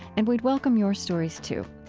and we'd welcome your stories too.